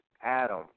Adam